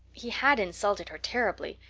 he had insulted her terribly,